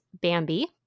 Bambi